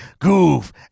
goof